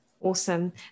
Awesome